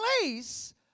place